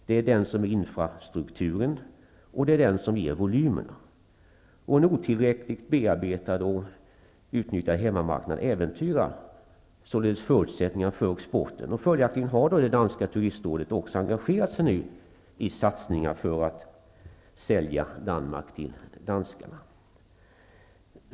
Det är den som är infrastrukturen, och det är den som ger volymerna. En otillräckligt bearbetad och utnyttjad hemmamarknad äventyrar således förutsättningarna för exporten. Följaktligen har det danska turistrådet nu också engagerat sig i satsningar för att sälja Danmark till danskarna.